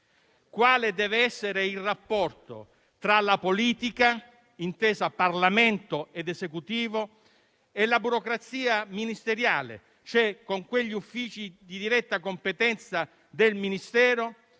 quale deve essere il rapporto tra la politica, intesa come Parlamento ed Esecutivo, e la burocrazia ministeriale, cioè con quegli uffici di diretta competenza del Ministero